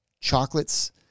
chocolates